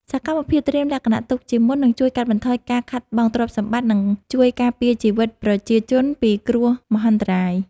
សកម្មភាពត្រៀមលក្ខណៈទុកជាមុននឹងជួយកាត់បន្ថយការខាតបង់ទ្រព្យសម្បត្តិ និង ជួយការពារជីវិតប្រជាជនពីគ្រោះមហន្តរាយ។